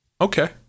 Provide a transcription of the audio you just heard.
Okay